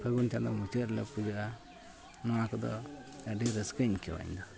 ᱯᱷᱟᱹᱜᱩᱱ ᱪᱟᱸᱫᱳ ᱢᱩᱪᱟᱹᱫ ᱨᱮᱞᱮ ᱯᱩᱡᱟᱹᱜᱼᱟ ᱱᱚᱣᱟ ᱠᱚᱫᱚ ᱟᱹᱰᱤ ᱨᱟᱹᱥᱠᱟᱹᱧ ᱟᱹᱭᱠᱟᱹᱣᱟ ᱤᱧᱫᱚ